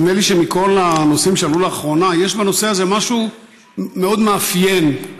נדמה לי שמכל הנושאים שעלו לאחרונה יש בנושא הזה משהו מאוד מאפיין,